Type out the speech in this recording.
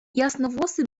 jasnowłosy